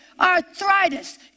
Arthritis